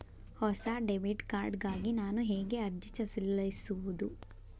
ಹೊಸ debit card ಗಾಗಿ ನಾನು ಹೇಗೆ ಅರ್ಜಿ ಸಲ್ಲಿಸುವುದು?